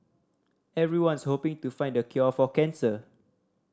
everyone's hoping to find the cure for cancer